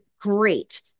great